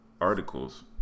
Articles